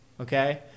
okay